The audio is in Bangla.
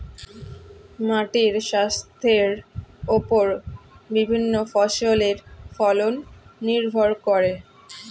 মাটির স্বাস্থ্যের ওপর বিভিন্ন ফসলের ফলন নির্ভর করে